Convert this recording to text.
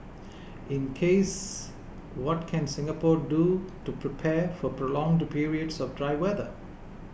in case what can Singapore do to prepare for prolonged periods of dry weather